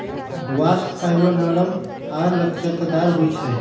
bast fibre नरम आऽ लचकदार होइ छइ